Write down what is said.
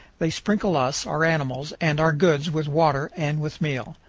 they sprinkle us, our animals, and our goods with water and with meal.